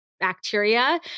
bacteria